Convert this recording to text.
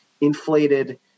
inflated